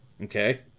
Okay